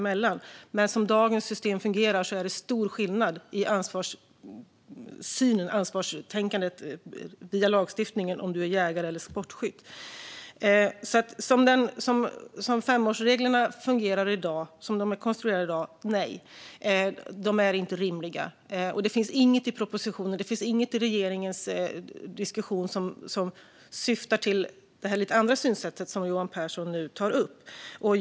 Men som dagens system fungerar är det stor skillnad i lagstiftningen om man är jägare eller sportskytt vad gäller synen på ansvar. Så som femårsreglerna är konstruerade i dag är svaret nej; de är inte rimliga. Det finns inget i propositionen eller i regeringens diskussion som syftar till det andra synsätt som Johan Pehrson tar upp.